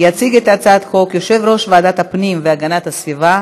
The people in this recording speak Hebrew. יציג את הצעת החוק יושב-ראש ועדת הפנים והגנת הסביבה,